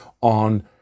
on